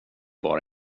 bara